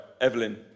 Evelyn